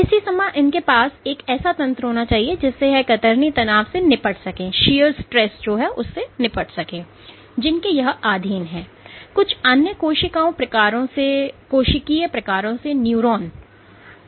इसी समय इनके पास एक ऐसा तंत्र होना चाहिए जिससे यह कतरनी तनाव से निपट सकें जिनके यह आधीन है